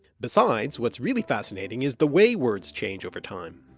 besides, what's really fascinating is the way words change over time.